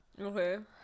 Okay